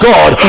God